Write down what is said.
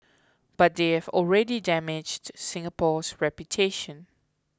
but they have already damaged Singapore's reputation